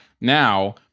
now